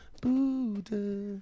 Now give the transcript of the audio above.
Buddha